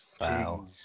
Wow